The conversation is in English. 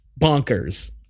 bonkers